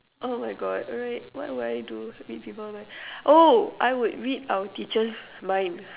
oh my God alright what will I do read people mind oh I will read our teacher's mind